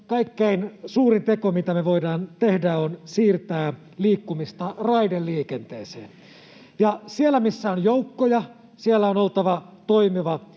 kaikkein suurin teko, mitä me voidaan tehdä, on siirtää liikkumista raideliikenteeseen. Siellä, missä on joukkoja, siellä on oltava toimiva